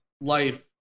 life